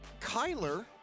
Kyler